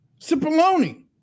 Cipollone